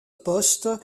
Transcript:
poste